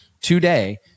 today